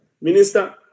Minister